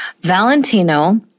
Valentino